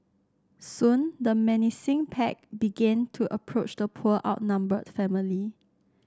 soon the menacing pack began to approach the poor outnumbered family